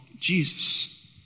Jesus